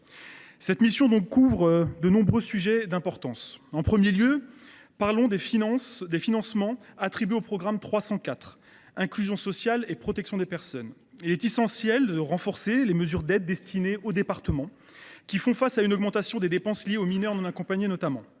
Cette mission couvre de nombreux sujets d’importance. En premier lieu, parlons des financements attribués au programme 304 « Inclusion sociale et protection des personnes ». Il est essentiel de renforcer les mesures d’aide destinées aux départements, qui font notamment face à une augmentation des dépenses liées à la prise en charge des